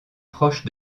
proche